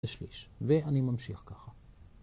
ואני ממשיך ככה.